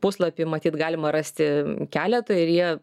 puslapį matyt galima rasti keletą ir jie